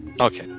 Okay